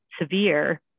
severe